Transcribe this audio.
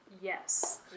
Yes